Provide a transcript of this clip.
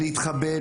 להתחבא,